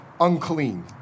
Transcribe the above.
unclean